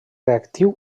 reactiu